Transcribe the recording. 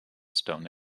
stone